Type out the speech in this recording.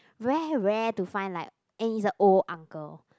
very rare to find like and he's a old uncle